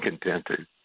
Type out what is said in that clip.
contented